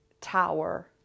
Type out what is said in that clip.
tower